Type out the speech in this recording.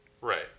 Right